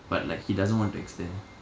but like he doesn't want to extend